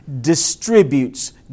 distributes